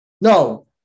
No